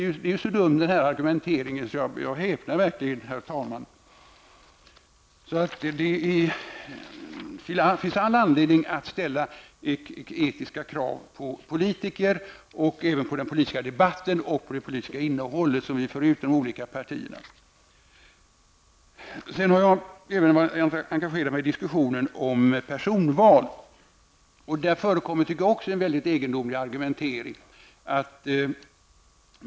Den här argumenteringen är ju så dum att jag häpnar. Det finns all anledning att ställa etiska krav på politiker, på den politiska debatten och på det politiska budskap som de olika partierna för ut. Jag har även engagerat mig i diskussionen om personval. I den frågan förekommer också en mycket egendomlig argumentering.